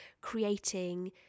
creating